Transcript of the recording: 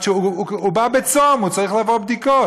הוא בא בצום, הוא צריך לעבור בדיקות,